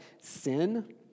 sin